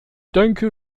denke